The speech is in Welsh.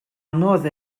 anodd